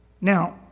Now